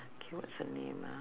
okay what's her name ah